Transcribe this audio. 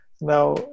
Now